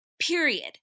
Period